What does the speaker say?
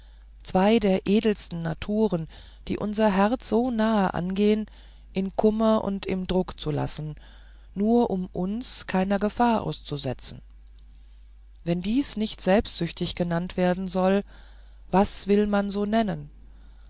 zwei der edelsten naturen die unser herz so nahe angehen im kummer und im druck zu lassen nur um uns keiner gefahr auszusetzen wenn dies nicht selbstsüchtig genannt werden soll was will man so nennen